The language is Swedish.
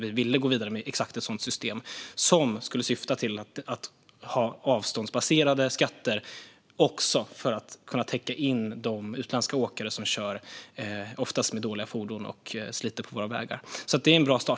Vi ville ju gå vidare med exakt ett sådant system, som skulle syfta till att också ha avståndsbaserade skatter för att kunna täcka in de utländska åkare som kör, oftast med dåliga fordon, och sliter på våra vägar. Det är alltså en bra start.